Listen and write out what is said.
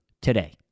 today